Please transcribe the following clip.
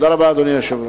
תודה רבה, אדוני היושב-ראש.